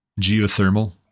geothermal